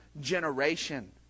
generation